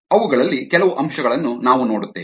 ಅವುಗಳಲ್ಲಿ ಕೆಲವು ಅಂಶಗಳನ್ನು ನಾವು ನೋಡುತ್ತೇವೆ